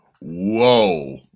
Whoa